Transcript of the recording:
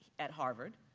at harvard,